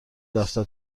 دفتر